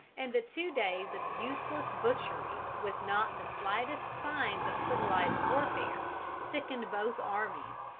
and the two days of useless butchery with not the slightest signs of civilized warfare sickened both armies,